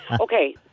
Okay